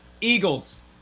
Eagles